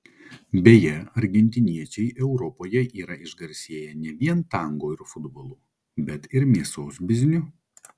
beje argentiniečiai europoje yra išgarsėję ne vien tango ir futbolu bet ir mėsos bizniu